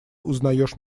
узнаёшь